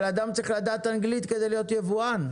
אבל אדם צריך לדעת אנגלית כדי להיות יבואן.